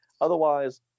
otherwise